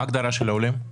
מה ההגדרה של העולים?